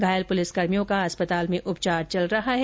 घायल पुलिसकर्मियों का अस्पताल में उपचार चल रहा है